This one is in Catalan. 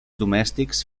domèstics